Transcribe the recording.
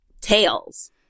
tails